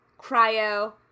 cryo